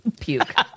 puke